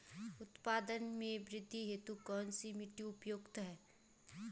उत्पादन में वृद्धि हेतु कौन सी मिट्टी उपयुक्त है?